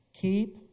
Keep